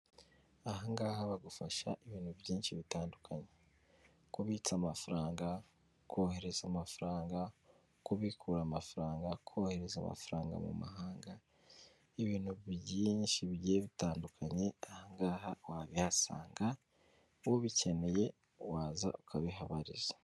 Aha ngaha bagufasha ibintu byinshi bitandukanye. Kubitsa amafaranga, kohereza amafaranga, kubikura amafaranga, kohereza amafaranga mu mahanga, ibintu byinshi bigiye bitandukanye, ahangaha wabihasanga. Nk'ubu ubikeneye waza ukabihabariza.